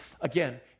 again